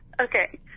Okay